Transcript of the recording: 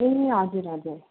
ए हजुर हजुर